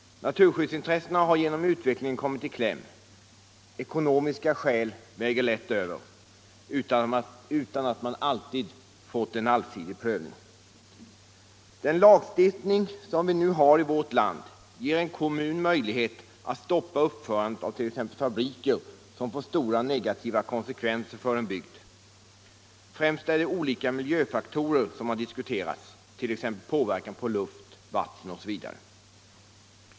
Naturskyddsintressena har genom utvecklingen kommit i kläm. Ekonomiska skäl väger lätt över, utan att man alltid fått en allsidig prövning. Den lagstiftning som vi nu har i vårt land ger en kommun möjlighet att stoppa uppförandet av t.ex. fabriker, som får stora negativa konsekvenser för en bygd. Främst är det olika miljöfaktorer som har diskuterats, t.ex. påverkan på luft, vatten osv.